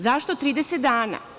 Zašto 30 dana?